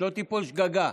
שלא תיפול שגגה,